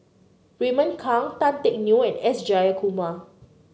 Raymond Kang Tan Teck Neo and S Jayakumar